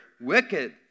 wicked